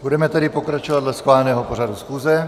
Budeme tedy pokračovat dle schváleného pořadu schůze.